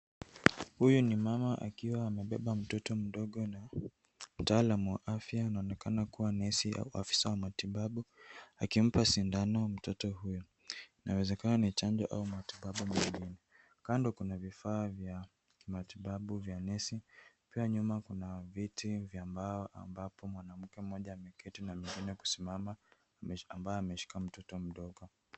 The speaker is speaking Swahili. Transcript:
Huyu ni mama akiwa amebeba mtoto mdogo na mtaalam wa afya anaonekana kuwa nesi au afisa wa matibabu akimpaa sindano mtoto huyo. Inawezekana ni chanjo au matibabu maalum. Kando kuna vifaa vya kimatibabu vya nesi. Pia nyuma kuna viti vya mbao ambapo mtu mmoja ameketi na mwingine kusimama ambaye amemshika mtoto mdogo.